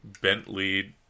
Bentley